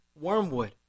wormwood